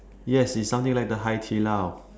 yes it something like the Hai-Di-Lao